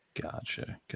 gotcha